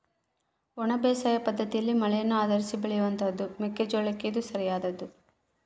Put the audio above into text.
ಒಣ ಬೇಸಾಯ ಪದ್ದತಿಯಲ್ಲಿ ಮಳೆಯನ್ನು ಆಧರಿಸಿ ಬೆಳೆಯುವಂತಹದ್ದು ಮೆಕ್ಕೆ ಜೋಳಕ್ಕೆ ಇದು ಸರಿಯಾದದ್ದು